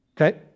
okay